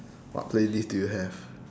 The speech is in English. what playlist do you have